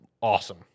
awesome